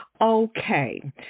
Okay